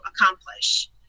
accomplish